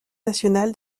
national